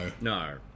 No